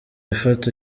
ifata